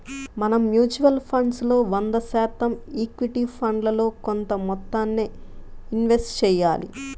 మనం mutual funds లో వంద శాతం ఈక్విటీ ఫండ్లలో కొంత మొత్తాన్నే ఇన్వెస్ట్ చెయ్యాలి